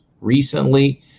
recently